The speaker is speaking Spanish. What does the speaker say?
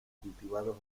cultivados